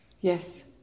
Yes